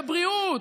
ובריאות,